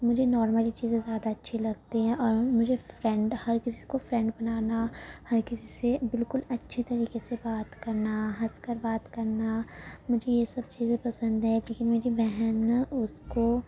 مجھے نارملی چیزیں زیادہ اچھی لگتی ہیں اور مجھے فرینڈ ہر کسی کو فرینڈ بنانا ہر کسی سے بالکل اچھے طریقے سے بات کر نا ہنس کر بات کرنا مجھے یہ سب چیزیں پسند ہے لیکن میری بہن نا اس کو